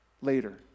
later